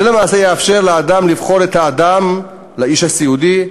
זה למעשה יאפשר לאדם, לאיש הסיעודי,